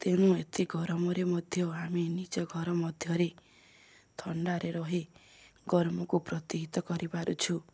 ତେଣୁ ଏତେ ଗରମରେ ମଧ୍ୟ ଆମେ ନିଜ ଘର ମଧ୍ୟରେ ଥଣ୍ଡାରେ ରହି ଗରମକୁ ପ୍ରତିହିତ କରିପାରୁଛୁ